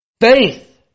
Faith